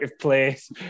place